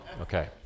Okay